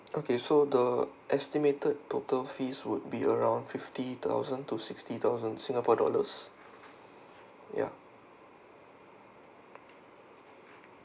okay so the estimated total fees would be around fifty thousand to sixty thousand singapore dollars ya